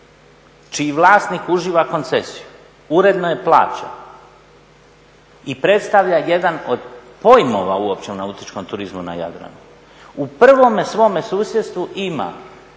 čiji vlasnik uživa koncesiju uredno je plaćena i predstavlja jedan od pojmova uopće u nautičkom turizmu na Jadranu u prvome svome susjedstvu ima